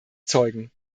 zeugen